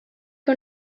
que